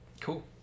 Cool